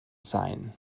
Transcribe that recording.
sein